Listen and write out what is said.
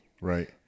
Right